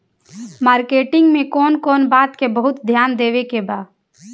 Marketing मे कौन कौन बात के बहुत ध्यान देवे के बा?